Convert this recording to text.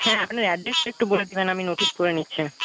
হ্যাঁ আপনার অ্যাড্রেসটা একটু বলে দেবেন আমি নোটিস করে নিচ্ছি